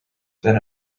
then